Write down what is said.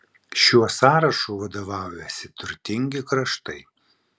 šiuo sąrašu vadovaujasi turtingi kraštai